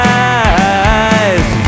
eyes